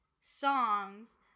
songs